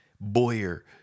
Boyer